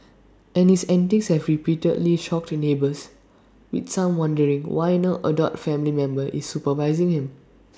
and his antics have repeatedly shocked neighbours with some wondering why no adult family member is supervising him